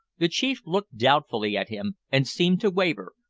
the chief looked doubtfully at him, and seemed to waver,